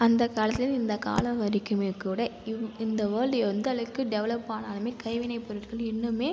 அந்த காலத்துலேருந்து இந்த காலம் வரைக்குமே கூட இவ் இந்த வேல்டு எந்தளவுக்கு டெவலப் ஆனாலுமே கைவினைப்பொருட்கள் இன்னுமே